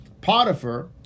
Potiphar